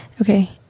Okay